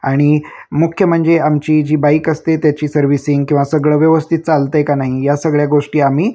आणि मुख्य म्हणजे आमची जी बाईक असते त्याची सर्व्हिसिंग किंवा सगळं व्यवस्थित चालतयं का नाही या सगळ्या गोष्टी आम्ही